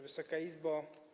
Wysoka Izbo!